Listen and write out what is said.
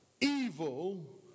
Evil